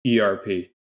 ERP